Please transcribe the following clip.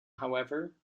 however